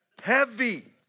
Heavy